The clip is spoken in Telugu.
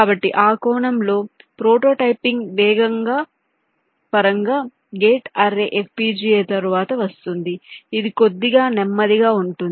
కాబట్టి ఆ కోణంలో ప్రోటోటైపింగ్ వేగం పరంగా గేట్ అర్రే FPGA తరువాత వస్తుంది ఇది కొద్దిగా నెమ్మదిగా ఉంటుంది